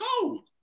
cold